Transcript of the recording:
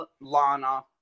Lana